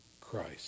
Christ